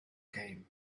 came